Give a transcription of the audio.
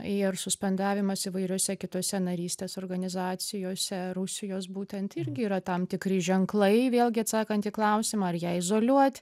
ir suspendavimas įvairiose kitose narystės organizacijose rusijos būtent irgi yra tam tikri ženklai vėlgi atsakant į klausimą ar ją izoliuot